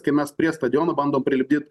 kai mes prie stadiono bandom prilipdyt